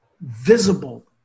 visible